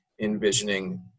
envisioning